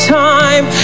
time